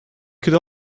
could